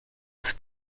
des